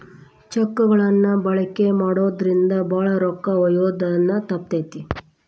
check ಗಳನ್ನ ಬಳಕೆ ಮಾಡೋದ್ರಿಂದ ಭಾಳ ರೊಕ್ಕ ಒಯ್ಯೋದ ತಪ್ತತಿ